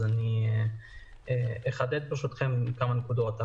אז אני אחדד ברשותכם כמה נקודות.